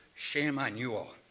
shame on you all.